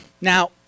Now